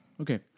Okay